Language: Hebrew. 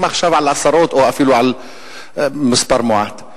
עכשיו על עשרות או אפילו על מספר מועט.